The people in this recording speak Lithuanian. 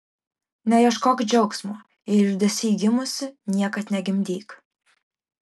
neieškok džiaugsmo jei liūdesy gimusi niekad negimdyk